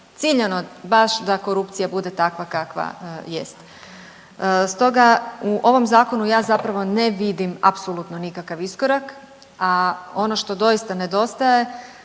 ciljano baš da korupcija bude takva kakva jest. Stoga u ovom zakonu ja zapravo ne vidim apsolutno nikakav iskorak, a ono što doista nedostaje